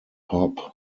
hop